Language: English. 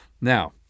Now